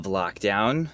lockdown